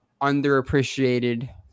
underappreciated